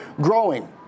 growing